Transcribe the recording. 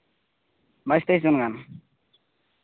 ᱵᱟᱭᱤᱥ ᱛᱮᱭᱤᱥ ᱡᱚᱱ ᱜᱟᱱ